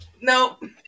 nope